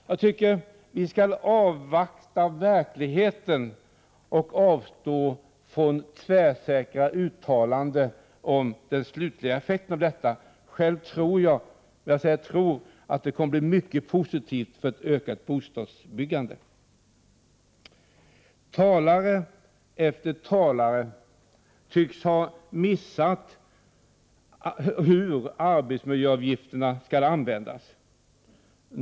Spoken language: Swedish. Jag tycker att vi skall avvakta verkligheten och avstå från tvärsäkra uttalanden om den slutliga effekten av detta. Själv tror jag — jag säger tror — att den kommer att bli mycket positiv för ett ökat bostadsbyggande. Talare efter talare tycks ha missat hur arbetsmiljöavgifterna skall användas.